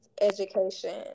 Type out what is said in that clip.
education